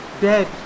dead